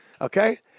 Okay